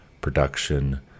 production